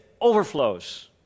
overflows